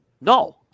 no